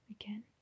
again